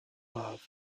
love